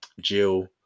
Jill